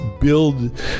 build